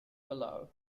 below